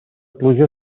pluja